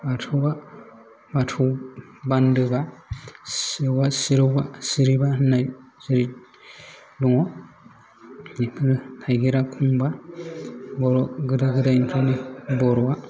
बाथौया बाथौ बान्दोबा सिजौया सिरिबा होन्नाय जेरै दङ बेफोरो थाइगिरा खंबा बर' गोदो गोदायनिफ्रायनो बर'आ